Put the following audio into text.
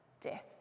death